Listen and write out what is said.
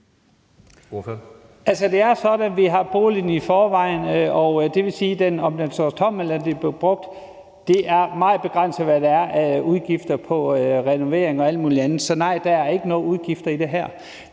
det er sådan, at vi har boligen i forvejen, og det vil sige, at om den står tom eller den bliver brugt, er det meget begrænset, hvad der er af udgifter til renovering og alt muligt andet. Så nej, der er ikke nogen udgifter i det her.